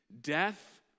death